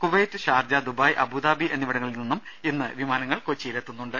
Kuwait Sharjah Dubai Abu Dhabi എന്നിവിടങ്ങളിൽ നിന്നും ഇന്ന് വിമാനങ്ങളെത്തുന്നുണ്ട്